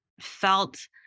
felt